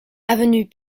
avenue